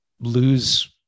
lose